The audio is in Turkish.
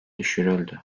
düşürüldü